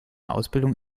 ausbildung